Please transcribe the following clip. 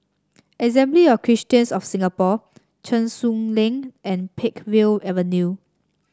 Assembly of Christians of Singapore Cheng Soon Lane and Peakville Avenue